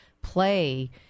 play